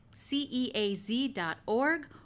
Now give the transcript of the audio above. ceaz.org